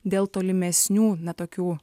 dėl tolimesnių na tokių